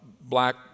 black